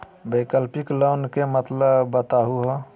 वैकल्पिक लोन के मतलब बताहु हो?